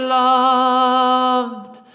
loved